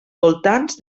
voltants